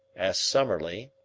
asked summerlee,